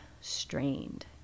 strained